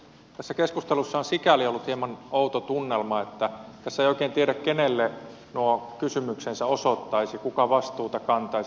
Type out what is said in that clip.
tässä keskustelussa on sikäli ollut hieman outo tunnelma että tässä ei oikein tiedä kenelle nuo kysymyksensä osoittaisi kuka vastuuta kantaisi